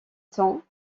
temps